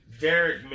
Derek